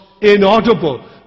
inaudible